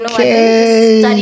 Okay